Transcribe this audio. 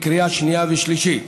בקריאה שנייה ובקריאה שלישית.